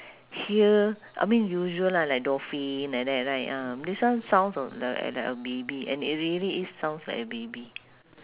here I mean usual lah like dolphin like that right ah this one sound of a like a baby and it really is sounds like a baby